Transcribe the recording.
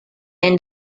and